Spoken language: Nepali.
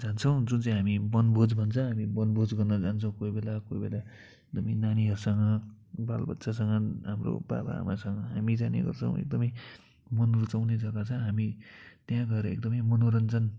जान्छौँ जुन चाहि हामी वनभोज भन्छ वनभोज गर्न जान्छौँ कोही बेला कोही बेला हामी नानीहरूसँग बालबच्चासँग हाम्रो बाबा आमासँग हामी जाने गर्छौँ एकदमै मन रुचाउने जग्गा छ हामी त्यहाँ गएर एकदमै मनोरञ्जन